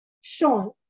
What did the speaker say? Sean